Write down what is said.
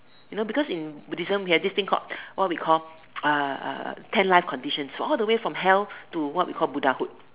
you know because in Buddhism we have this thing called what we call uh uh ten life conditions all the way from hell to what we call Buddhahood